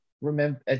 remember